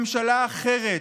ממשלה אחרת,